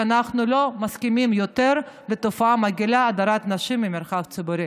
שאנחנו לא מסכימים יותר לתופעה מגעילה של הדרת נשים מהמרחב הציבורי.